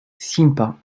sympa